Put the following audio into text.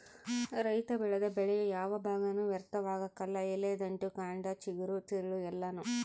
ರೈತ ಬೆಳೆದ ಬೆಳೆಯ ಯಾವ ಭಾಗನೂ ವ್ಯರ್ಥವಾಗಕಲ್ಲ ಎಲೆ ದಂಟು ಕಂಡ ಚಿಗುರು ತಿರುಳು ಎಲ್ಲಾನೂ